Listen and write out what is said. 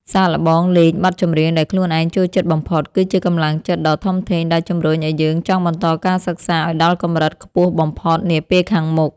សាកល្បងលេងបទចម្រៀងដែលខ្លួនឯងចូលចិត្តបំផុតគឺជាកម្លាំងចិត្តដ៏ធំធេងដែលជម្រុញឱ្យយើងចង់បន្តការសិក្សាឱ្យដល់កម្រិតខ្ពស់បំផុតនាពេលខាងមុខ។